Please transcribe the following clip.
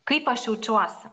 kaip aš jaučiuosi